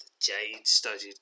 jade-studded